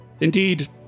Indeed